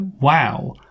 wow